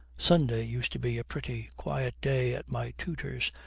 sunday used to be a pretty quiet day at my tutor's,